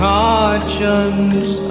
conscience